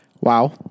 Wow